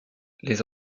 les